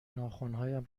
ناخنهایم